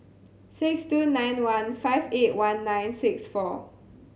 six two nine one five eight one nine six four